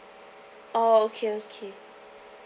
oh okay okay